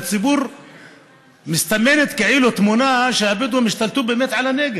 לציבור מסתמנת תמונה שכאילו הבדואים השתלטו באמת על הנגב,